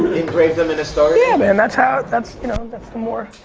engrave them in a so yeah, um and that's how, that's you know that's the more.